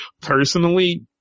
personally